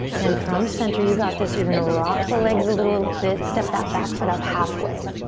then from center, you got this. you're gonna rock the legs a little bit. step that back foot up halfway.